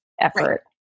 effort